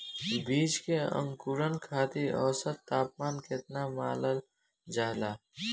बीज के अंकुरण खातिर औसत तापमान केतना मानल जाला?